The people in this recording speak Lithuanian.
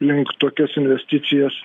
link tokias investicijas